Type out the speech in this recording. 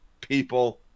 people